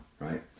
right